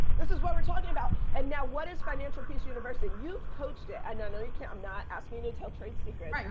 this is what we're talking about. and now what is financial peace university? you've coached it. i know no, you can't i'm not asking you to tell trade secrets,